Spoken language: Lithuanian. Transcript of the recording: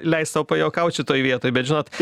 leist sau pajuokaut šitoj vietoj bet žinot